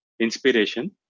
inspiration